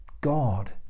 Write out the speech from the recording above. God